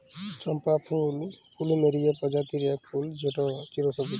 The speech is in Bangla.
চম্পা ফুল পলুমেরিয়া প্রজাতির ইক ফুল যেট চিরসবুজ